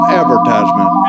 advertisement